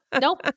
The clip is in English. nope